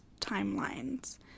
timelines